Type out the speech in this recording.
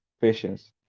patience